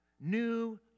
new